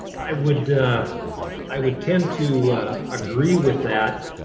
i would i would tend to agree with that.